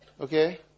Okay